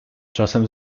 czasem